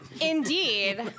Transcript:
indeed